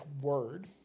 word